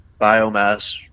biomass